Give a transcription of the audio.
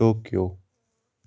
Tokyo